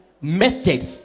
methods